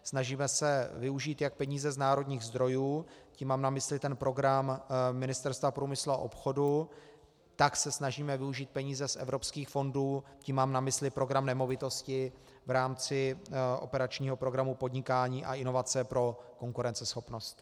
Snažíme se využít jak peníze z národních zdrojů, tím mám na mysli ten program Ministerstva průmyslu a obchodu, tak se snažíme využít peníze z evropských fondů, tím mám na mysli program Nemovitosti v rámci operačního programu Podnikání a inovace pro konkurenceschopnost.